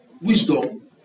wisdom